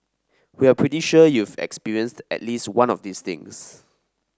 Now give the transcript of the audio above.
we're pretty sure you've experienced at least one of these things